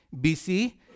BC